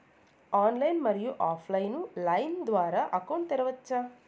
Online, మరియు offline line ద్వారా account తెరవచ్చా?